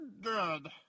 good